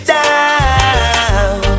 down